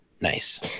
nice